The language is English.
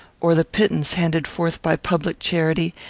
or the pittance handed forth by public charity,